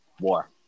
war